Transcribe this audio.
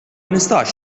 nistax